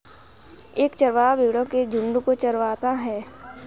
एक चरवाहा भेड़ो के झुंड को चरवाता है